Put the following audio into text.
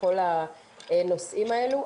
בכל הנושאים האלו,